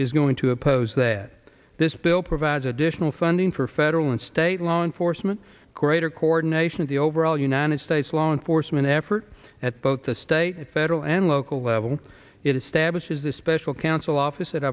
is going to oppose that this bill provides additional funding for federal and state law enforcement greater coordination of the overall united states law enforcement effort at both the state federal and local level it establishes the special counsel office